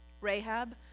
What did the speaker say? Rahab